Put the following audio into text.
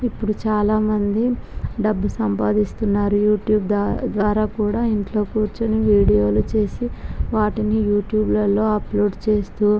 ఇప్పుడు చాలామంది డబ్బు సంపాదిస్తున్నారు యూట్యూబ్ ద్వారా కూడా ఇంట్లో కూర్చొని వీడియోలు చేసి వాటిని యూట్యూబ్లలో అప్లోడ్ చేస్తూ